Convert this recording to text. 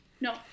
no